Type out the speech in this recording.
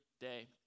day